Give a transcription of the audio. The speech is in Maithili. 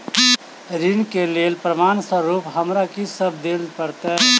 ऋण केँ लेल प्रमाण स्वरूप हमरा की सब देब पड़तय?